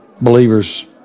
believers